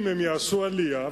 אם הם יעשו עלייה,